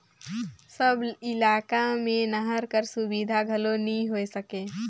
सब इलाका मे नहर कर सुबिधा घलो नी होए सके